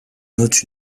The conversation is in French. note